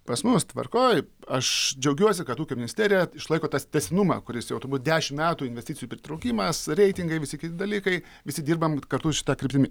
pas mus tvarkoj aš džiaugiuosi kad ūkio ministerija išlaiko tas tęstinumą kuris jau turbūt dešim metų investicijų pritraukimas reitingai visi kiti dalykai visi dirbam kartu šita kryptimi